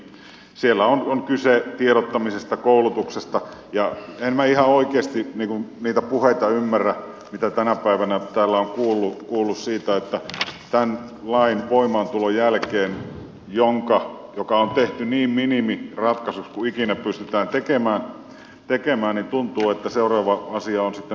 siellä on kyse tiedottamisesta koulutuksesta ja en minä ihan oikeasti niitä puheita ymmärrä mitä tänä päivänä täällä on kuullut siitä että tämän lain voimaantulon jälkeen joka on tehty niin minimiratkaisuksi kuin ikinä pystytään tekemään tuntuu että seuraava asia on sitten maailmanloppu